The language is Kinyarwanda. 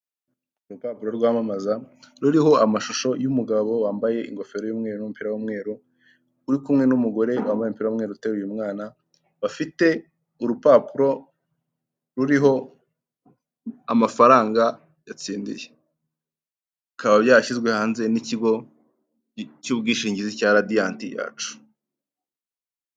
Urupapuro rwamamaza ruriho amashusho y'umugabo wambaye ingofero y'umweru n'umupira w'umweru, uri kumwe n'umugore wambaye umupira w'umweru uteru mwana ,bafite urupapuro ruriho amafaranga yatsindiye, bikaba byarashyizwe hanze n'ikigo cy'ubwishingizi cya radiyati yacu.